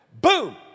boom